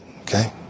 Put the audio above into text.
okay